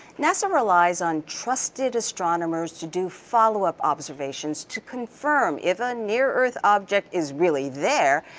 nasa relies on trusted astronomers to do followup observations to confirm if a near earth object is really there,